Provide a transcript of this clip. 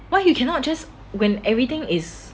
why you cannot just when everything is